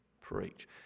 preach